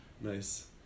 Nice